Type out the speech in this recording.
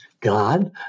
God